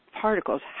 particles